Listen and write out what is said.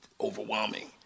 overwhelming